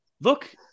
Look